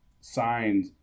signed